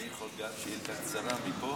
אני יכול גם שאילתה קצרה מפה?